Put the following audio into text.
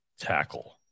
tackle